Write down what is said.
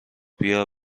بیا